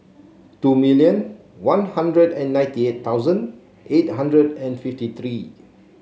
two million One Hundred and ninety eight thousand eight hundred and fifty three